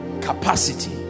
capacity